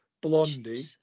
Blondie